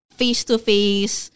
face-to-face